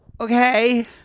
okay